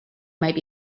might